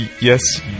Yes